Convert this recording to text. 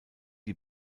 die